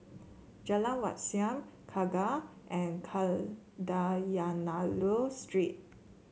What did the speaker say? Jalan Wat Siam Kangkar and Kadayanallur Street